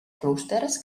clústers